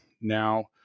Now